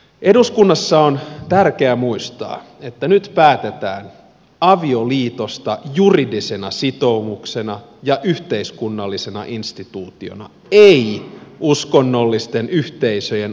eduskunnassa on tärkeää muistaa että nyt päätetään avioliitosta juridisena sitoumuksena ja yhteiskunnallisena instituutiona ei uskonnollisten yhteisöjen avioliittokäsityksestä